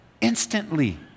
instantly